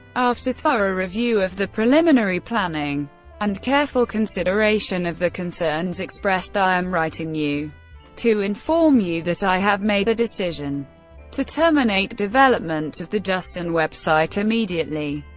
after thorough review of the preliminary planning and careful consideration of the concerns expressed, i am writing you to inform you that i have made a decision to terminate development of the justin website immediately.